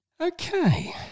Okay